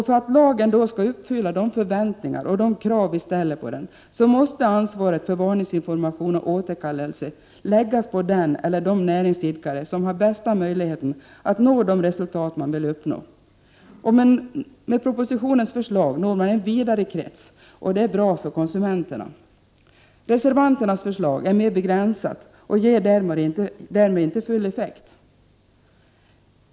För att lagen då skall uppfylla de förväntningar och krav vi ställer på den, måste ansvaret för varningsinformation och återkallelse läggas på den eller de näringsidkare som har bäst möjlighet att nå de resultat man vill uppnå. Med propositionens förslag når man en vidare krets och det är bra för konsumenterna. Reservanternas förslag är mera begränsat och ger därmed inte full effekt.